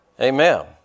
Amen